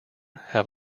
have